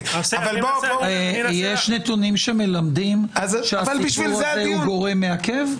יש נתונים שמלמדים שהסיפור הזה הוא גורם מעקב?